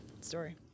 story